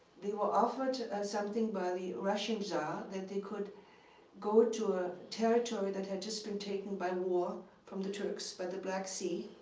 they were offered something by the russian czar, that they could go to a territory that had just been taken by war from the turks by the black sea.